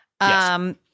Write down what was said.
Yes